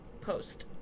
post